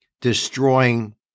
destroying